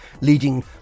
leading